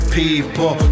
people